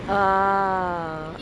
ah